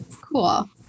Cool